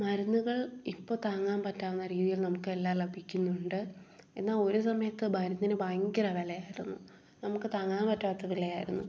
മരുന്നുകൾ ഇപ്പം താങ്ങാൻ പറ്റാവുന്ന രീതിയിൽ നമുക്ക് എല്ലാം ലഭിക്കുന്നുണ്ട് എന്നാൽ ഒരു സമയത്ത് മരുന്നിന് ഭയങ്കര വിലയായിരുന്നു നമുക്ക് താങ്ങാൻ പറ്റാത്ത വിലയായിരുന്നു